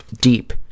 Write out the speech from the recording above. Deep